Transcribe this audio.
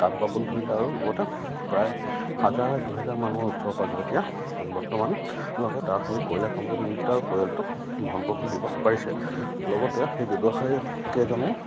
কাম পাবলৈ ধৰিলে আৰু লগতে প্ৰায় হাজাৰ দুহেজাৰ মানুহৰ ওচৰে পাঁজৰে এতিয়া বৰ্তমানলৈকে তাৰ সেই কয়লা কামত নিয়োজিত পৰিয়ালটো ভৰণ পোষণ দিব পাৰিছে লগতে সেই ব্যৱসায়কেইজনো